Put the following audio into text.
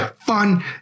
fun